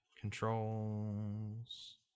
Controls